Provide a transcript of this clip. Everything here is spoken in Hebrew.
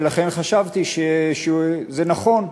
ולכן חשבתי שזה נכון,